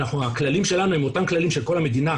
הכללים שלנו הם אותם כללים של כל המדינה,